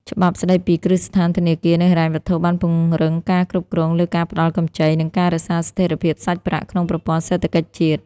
ច្បាប់ស្ដីពីគ្រឹះស្ថានធនាគារ និងហិរញ្ញវត្ថុ បានពង្រឹងការគ្រប់គ្រងលើការផ្ដល់កម្ចី និងការរក្សាស្ថិរភាពសាច់ប្រាក់ក្នុងប្រព័ន្ធសេដ្ឋកិច្ចជាតិ។